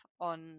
on